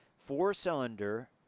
Four-cylinder